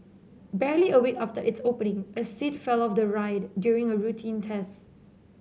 barely a week after its opening a seat fell off the ride during a routine test